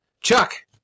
Chuck